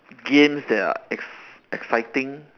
games that are ex~ exciting